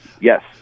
Yes